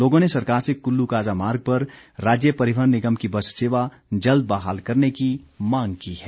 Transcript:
लोगों ने सरकार से कल्लू काजा मार्ग पर राज्य परिवहन निगम की बस सेवा जल्द बहाल करने की मांग की है